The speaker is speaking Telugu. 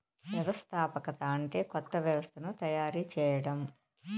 వ్యవస్థాపకత అంటే కొత్త వ్యవస్థను తయారు చేయడం